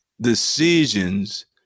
decisions